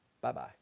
Bye-bye